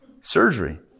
surgery